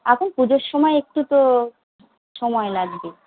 এখন পুজোর সময় একটু তো সময় লাগবে